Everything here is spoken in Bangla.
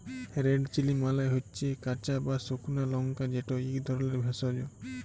রেড চিলি মালে হচ্যে কাঁচা বা সুকনা লংকা যেট ইক ধরলের ভেষজ